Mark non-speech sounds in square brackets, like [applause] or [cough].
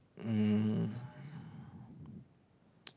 um [breath]